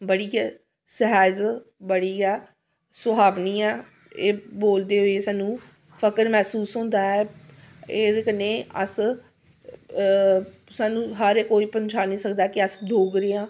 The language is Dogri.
बड़ी गै सैह्ज बड़ी गै सुहावनी ऐ एह् बोलदे होई सानूं फक्र मसूस होंदा ऐ एह्दे कन्नै अस सानूं सारे कोई पंछानी सकदा ऐ कि अस डोगरे आं